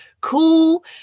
cool